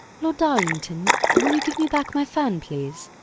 lord darlington, will you give me back my fan, please?